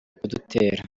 kudutera